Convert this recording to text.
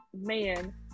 man